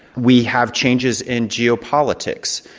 we have changes in geopolitics.